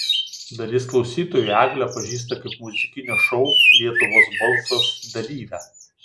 dalis klausytojų eglę pažįsta kaip muzikinio šou lietuvos balsas dalyvę